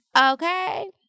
Okay